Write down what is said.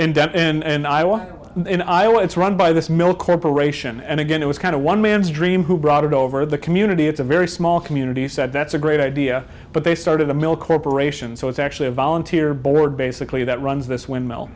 and i was in iowa it's run by this mill corporation and again it was kind of one man's dream who brought it over the community it's a very small community said that's a great idea but they started the mill corporation so it's actually a volunteer board basically that runs this windmill